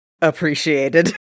Appreciated